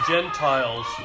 Gentiles